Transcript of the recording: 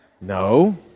No